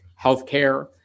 healthcare